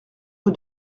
rue